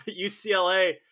UCLA